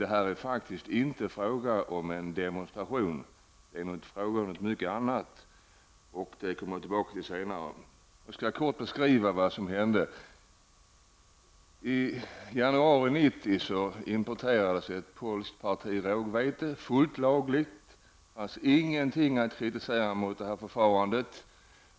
Men detta är faktiskt inte fråga om en demonstration, utan det är fråga om mycket annat, vilket jag skall återkomma till senare. Jag skall kortfattat beskriva vad som hände. I januari 1990 importerades ett polskt parti rågvete fullt lagligt. Det fanns ingenting att kritisera i detta förfarande.